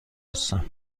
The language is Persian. هستم